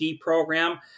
program